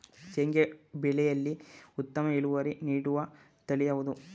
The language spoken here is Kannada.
ಶೇಂಗಾ ಬೆಳೆಯಲ್ಲಿ ಉತ್ತಮ ಇಳುವರಿ ನೀಡುವ ತಳಿ ಯಾವುದು?